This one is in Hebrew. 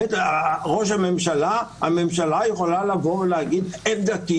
ראש הממשלה הממשלה יכולה לבוא ולהגיד: עמדתי